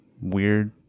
weird